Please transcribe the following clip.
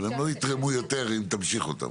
אבל הן לא יתרמו יותר אם תמשיך אותן.